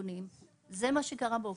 זה מה שקרה באוקטובר.